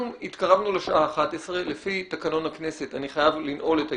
אנחנו התקרבנו לשעה 11:00. לפי תקנון הכנסת אני חייב לנעול את הישיבה.